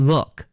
Look